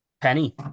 penny